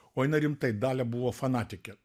o jinai rimtai dalia buvo fanatikė